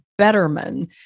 Betterman